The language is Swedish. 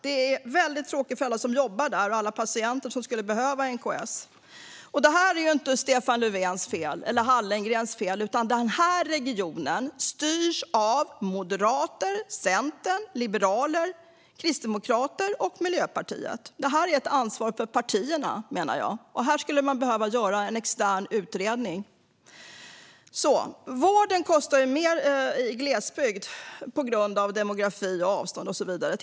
Det är väldigt tråkigt för alla som jobbar där och för alla patienter som skulle behöva NKS. Det här är inte Stefan Löfvens eller Hallengrens fel. Den här regionen styrs av Moderaterna, Centern, Liberalerna, Kristdemokraterna och Miljöpartiet, och jag menar att detta är ett ansvar för partierna. Här skulle man behöva göra en extern utredning. Vården kostar mer i glesbygd på grund av demografi, avstånd och så vidare.